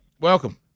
Welcome